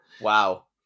Wow